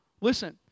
listen